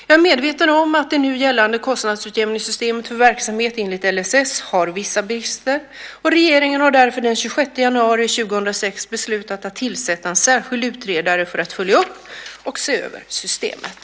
Jag är medveten om att det nu gällande kostnadsutjämningssystemet för verksamhet enligt LSS har vissa brister. Regeringen har därför den 26 januari 2006 beslutat att tillsätta en särskild utredare för att följa upp och se över systemet.